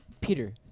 Peter